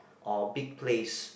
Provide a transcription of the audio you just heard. or big place